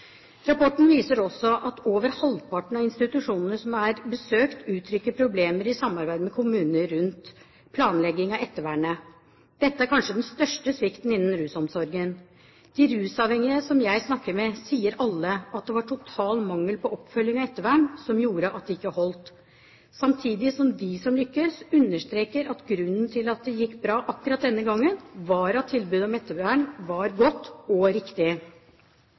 Rapporten viser også at over halvparten av institusjonene som er besøkt, uttrykker problemer i samarbeid med kommuner rundt planlegging av ettervernet. Dette er kanskje den største svikten innenfor rusomsorgen. De rusavhengige som jeg snakker med, sier alle at det var total mangel på oppfølging og ettervern som gjorde at det ikke holdt, samtidig som de som lyktes, understreker at grunnen til at det gikk bra akkurat denne gangen, var at tilbudet om ettervern var godt og riktig.